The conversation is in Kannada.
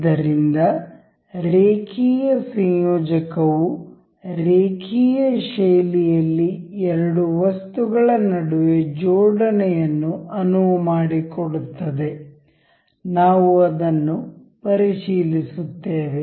ಆದ್ದರಿಂದ ರೇಖೀಯ ಸಂಯೋಜಕವು ರೇಖೀಯ ಶೈಲಿಯಲ್ಲಿ ಎರಡು ವಸ್ತುಗಳ ನಡುವೆ ಜೋಡಣೆಯನ್ನು ಅನುವು ಮಾಡಿಕೊಡುತ್ತದೆ ನಾವು ಅದನ್ನು ಪರಿಶೀಲಿಸುತ್ತೇವೆ